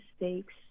mistakes